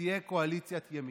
שתהיה קואליציית ימין,